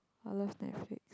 I love Netflix